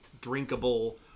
drinkable